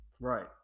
Right